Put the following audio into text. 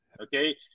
okay